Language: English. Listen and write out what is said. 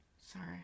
Sorry